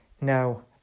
now